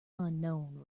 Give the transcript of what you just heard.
unknown